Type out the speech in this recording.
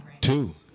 Two